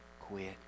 quit